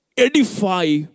Edify